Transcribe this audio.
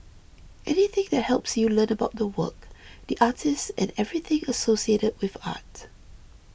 anything that helps you learn about the work the artist and everything associated with art